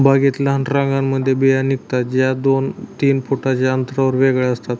बागेत लहान रांगांमध्ये बिया निघतात, ज्या दोन तीन फुटांच्या अंतरावर वेगळ्या असतात